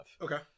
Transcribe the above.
Okay